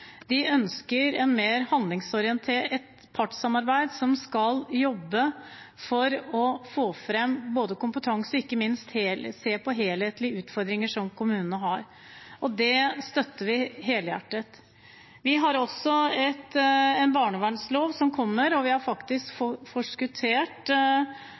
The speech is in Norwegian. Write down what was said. De ønsker et handlingsorientert partssamarbeid som skal jobbe for å få fram kompetanse og ikke minst se på helhetlige utfordringer som kommunene har. Det støtter vi helhjertet. Det kommer også en ny barnevernlov, og vi har forskuttert et stort arbeid som